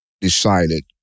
decided